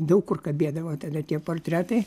daug kur kabėdavo tada tie portretai